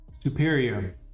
superior